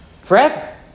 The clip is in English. forever